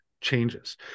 changes